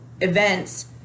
events